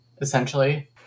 essentially